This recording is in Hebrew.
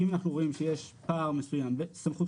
כי אם אנחנו רואים שיש פער מסויים בין סמכות